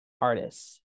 artists